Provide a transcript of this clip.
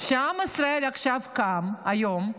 שעם ישראל עכשיו קם היום,